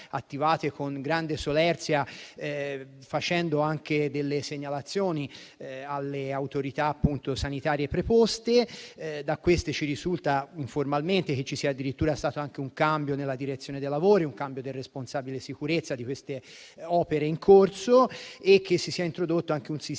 attivate con grande solerzia, facendo anche delle segnalazioni alle autorità sanitarie preposte. Da queste ci risulta informalmente che ci sia addirittura stato un cambio del responsabile della sicurezza nella direzione dei lavori di queste opere in corso e che si sia introdotto anche un sistema